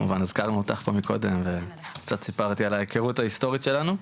הזכרנו אותך קודם וקצת סיפרתי על ההיכרות ההיסטורית שלנו.